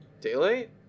daylight